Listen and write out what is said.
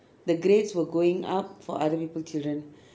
the grades were going up for other people children